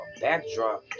backdrop